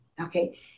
Okay